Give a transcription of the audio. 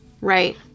right